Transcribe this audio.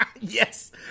Yes